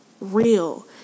real